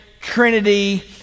Trinity